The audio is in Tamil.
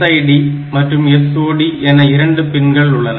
SID மற்றும் SOD என இரண்டு பின்கள் உள்ளன